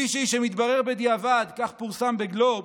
מישהי שמתברר בדיעבד, כך פורסם בגלובס,